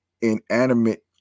inanimate